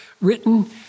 written